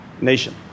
nation